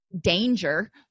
danger